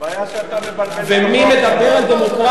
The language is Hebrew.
הבעיה, שאתה מבלבל את המוח, ומי מדבר על דמוקרטיה?